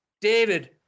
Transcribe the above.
David